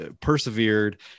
persevered